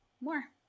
more